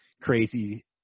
crazy